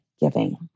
giving